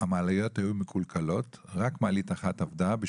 המעליות היו מקולקלות ורק מעלית אחת פעלה.